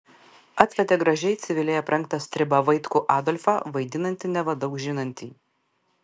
atvedė gražiai civiliai aprengtą stribą vaitkų adolfą vaidinantį neva daug žinantį